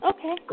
Okay